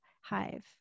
Hive